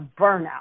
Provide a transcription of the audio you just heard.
burnout